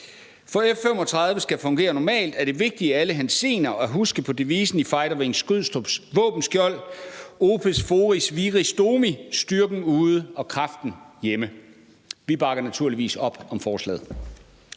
For at F-35 skal fungere normalt, er det vigtigt i alle henseender at huske på devisen i Fighter Wing Skrydstrups våbenskjold »OPES FORIS VIRES DOMI« - styrken ude og kraften hjemme. Vi bakker naturligvis op om forslaget.